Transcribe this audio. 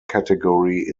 category